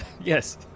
Yes